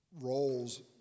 roles